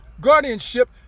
guardianship